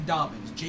Dobbins